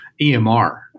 EMR